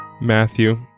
Matthew